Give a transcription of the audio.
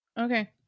Okay